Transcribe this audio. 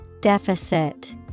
Deficit